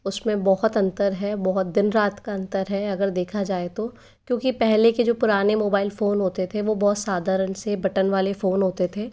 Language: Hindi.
उसमे बहुत अंतर हैं बहुत दिन रात का अंतर है अगर देखा जाए तो क्योंकि पहले के जो पुराने मोबाइल फ़ोन होते थे वो बहुत साधारण से बटन वाले फ़ोन होते थे